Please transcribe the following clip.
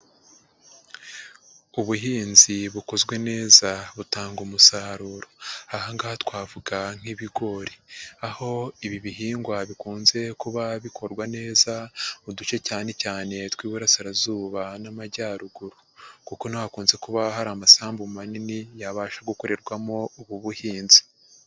Ubuhinzi bukozwe neza butanga umusaruro ,aha ngaha twavuga nk'ibigori .Aho ibi bihingwa bikunze kuba bikorwa neza, mu duce cyane cyane tw'iburasirazuba n'amajyaruguru ,kuko niho hakunze kuba hari amasambu manini ,yabasha gukorerwamo ubu buhinzi.